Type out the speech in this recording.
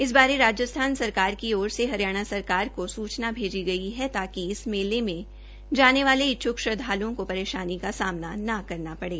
इस बारे राजस्थान सरकार की ओर से हरियाणा सरकार को सूचना भेजी गई है ताकि इस मेला में जाने वाले इच्छुक श्रद्वालुओं को परेशानी का सामना न करना पड़े